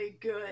good